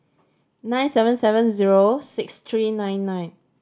nine seven seven zero six three nine nine